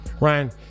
Ryan